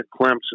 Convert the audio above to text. Clemson